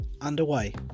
underway